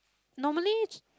normally